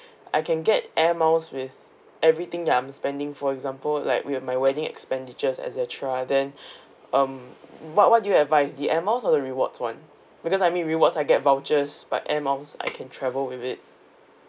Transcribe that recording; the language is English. I can get Air Miles with everything that I'm spending for example like with my wedding expenditures et cetera then um what what do you advise the Air Miles or the rewards one because I mean rewards I get vouchers but Air Miles I can travel with it